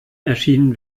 erschienen